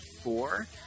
four